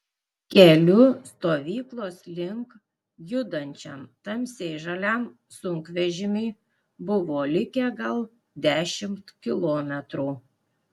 keliu stovyklos link judančiam tamsiai žaliam sunkvežimiui buvo likę gal dešimt kilometrų